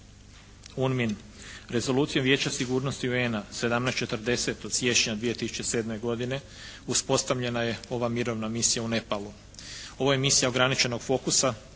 UNMIN. Rezolucijom Vijeća sigurnosti UN-a 1740 od siječnja 2007. uspostavljena je ova mirovna misija u Nepalu. Ovo je misija ograničenog fokusa